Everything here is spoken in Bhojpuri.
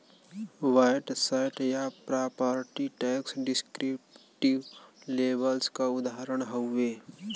वैट सैट या प्रॉपर्टी टैक्स डिस्क्रिप्टिव लेबल्स क उदाहरण हउवे